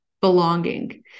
belonging